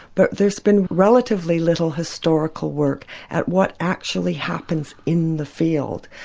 but there's been relatively little historical work at what actually happens in the field.